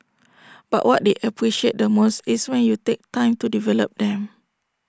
but what they appreciate the most is when you take time to develop them